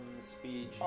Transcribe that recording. speech